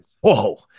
whoa